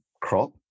crop